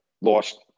lost